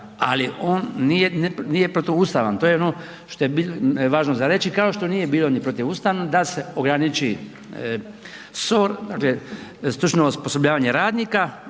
ali on nije protuustavan, to je ono što je bilo važno za reći, kao što nije bilo ni protuustavno da se ograniči SOR, stručno osposobljavanje radnika